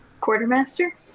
Quartermaster